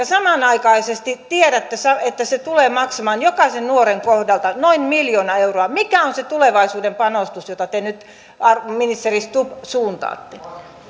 samanaikaisesti tiedätte että se tulee maksamaan jokaisen nuoren kohdalta noin miljoona euroa mikä on se tulevaisuuteen panostus johon te nyt ministeri stubb suuntaatte